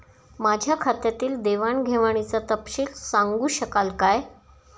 माझ्या खात्यातील देवाणघेवाणीचा तपशील सांगू शकाल काय?